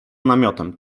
namiotem